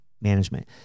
management